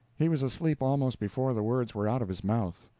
he was asleep almost before the words were out of his mouth.